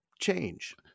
change